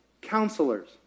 Counselors